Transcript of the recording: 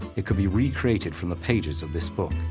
it could be recreated from the pages of this book.